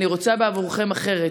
אני רוצה בעבורכם אחרת.